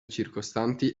circostanti